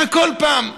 וככה כל פעם.